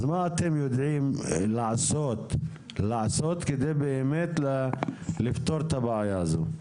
אז מה אתם יודעים לעשות על מנת באמת לפתור את הבעיה הזו?